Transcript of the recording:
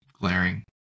glaring